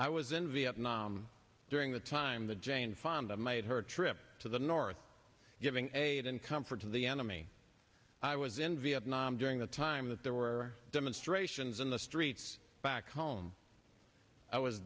i was in vietnam during the time the jane fonda made her trip to the north giving aid and comfort to the enemy i was in vietnam during the time that there were demonstrations in the streets back home i was